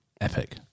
Epic